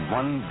one